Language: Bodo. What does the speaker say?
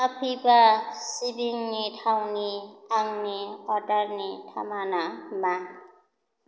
कापिबा सिबिंनि थावनि आंनि अर्डारनि थामाना मा